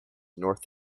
north